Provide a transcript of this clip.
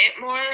more